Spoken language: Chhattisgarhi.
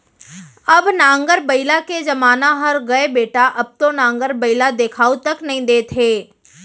अब नांगर बइला के जमाना हर गय बेटा अब तो नांगर बइला देखाउ तक नइ देत हे